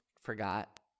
forgot